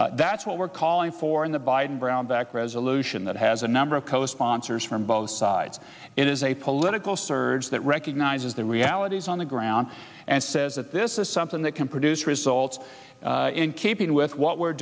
that's what we're calling for in the biden brownback resolution that has a number of co sponsors from both sides it is a political surge that recognizes the realities on the ground and says that this is something that can produce results in keeping with what we're